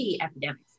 epidemics